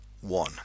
one